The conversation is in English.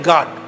God